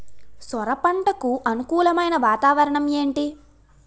సొర పంటకు అనుకూలమైన వాతావరణం ఏంటి?